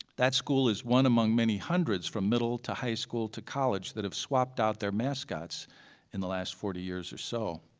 that school is one among many hundreds from middle to high school to college that have swapped out their mascots in the last forty years or so,